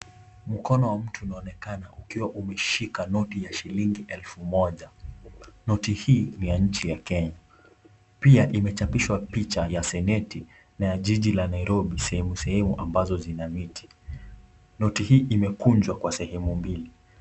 Mkono wa mtu unaonekana ukiwa umeshika noti ya elfu moja, noti hii ni ya nchi ya Kenya pia imechapishwa picha ya seneti na ya jiji la nairobi, sehemu sehemu ambazo zina miti. Noti hii imekunjwa kwa sehemu mbili.